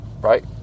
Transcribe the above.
right